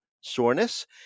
soreness